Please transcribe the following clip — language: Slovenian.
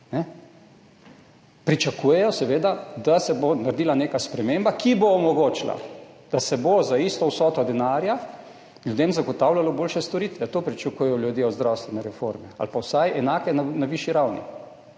Pričakujejo, seveda, da se bo naredila neka sprememba, ki bo omogočila, da se bo za isto vsoto denarja ljudem zagotavljalo boljše storitve. To pričakujejo ljudje od zdravstvene reforme. Ali pa vsaj enake na višji ravni.